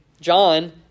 John